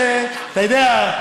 אתה יודע,